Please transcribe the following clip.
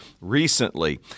recently